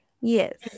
yes